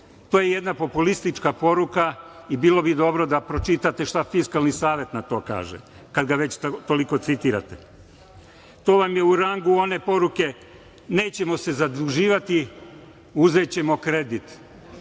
To je jedna populistička poruka i bilo bi dobro da pročitate šta Fiskalni savet na to kaže, kad ga već toliko citirate. To vam je u rangu one poruke - nećemo se zaduživati, uzećemo kredit.